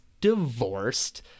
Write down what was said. divorced